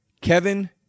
Kevin